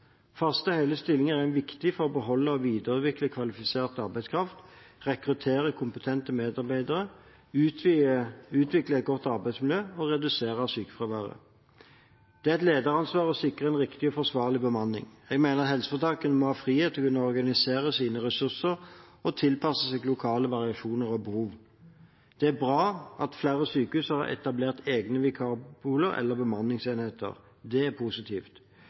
Faste, hele stillinger er viktig for å beholde og videreutvikle kvalifisert arbeidskraft, rekruttere kompetente medarbeidere, utvikle et godt arbeidsmiljø og redusere sykefraværet. Det er et lederansvar å sikre en riktig og forsvarlig bemanning. Jeg mener helseforetakene må ha frihet til å kunne organisere sine ressurser og tilpasse seg lokale variasjoner og behov. Det er bra at flere sykehus har etablert egne vikarpooler eller bemanningsenheter. Det er positivt.